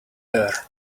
there